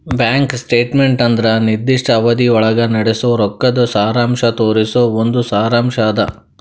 bank statement ಅಂದ್ರ ನಿರ್ದಿಷ್ಟ ಅವಧಿಯೊಳಗ ನಡಸೋ ರೊಕ್ಕದ್ ಸಾರಾಂಶ ತೋರಿಸೊ ಒಂದ್ ಸಾರಾಂಶ್ ಅದ